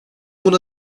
buna